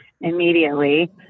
immediately